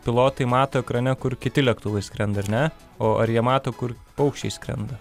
pilotai mato ekrane kur kiti lėktuvai skrenda ar ne o ar jie mato kur paukščiai skrenda